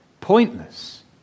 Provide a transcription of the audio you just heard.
Pointless